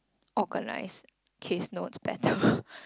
organise case notes better